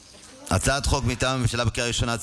הצעת חוק מטעם הממשלה בקריאה ראשונה,